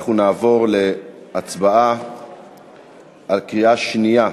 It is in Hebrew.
אנחנו נעבור להצבעה בקריאה שנייה.